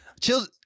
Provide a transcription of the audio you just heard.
Chill